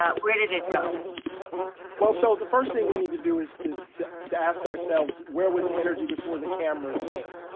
ah where did it go? eddie well, so the first thing we need to do is to to ask ourselves where was the energy before the cameras came?